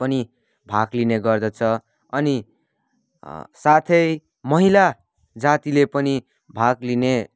पनि भाग लिने गर्दछ अनि साथै महिला जातिले पनि भाग लिने